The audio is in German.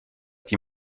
die